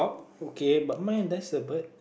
okay but mine there's a bird